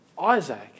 Isaac